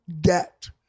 debt